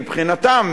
מבחינתם,